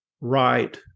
right